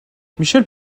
michelle